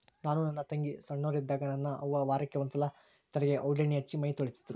ನಾನು ನನ್ನ ತಂಗಿ ಸೊಣ್ಣೋರಿದ್ದಾಗ ನನ್ನ ಅವ್ವ ವಾರಕ್ಕೆ ಒಂದ್ಸಲ ತಲೆಗೆ ಔಡ್ಲಣ್ಣೆ ಹಚ್ಚಿ ಮೈತೊಳಿತಿದ್ರು